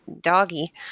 doggy